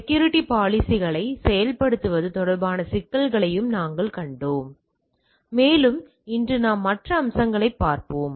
security பாலிசிகளை செயல்படுத்துவது தொடர்பான சிக்கல்களையும் நாங்கள் கண்டோம் மேலும் இன்று நாம் மற்ற அம்சங்களைப் பார்ப்போம்